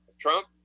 Trump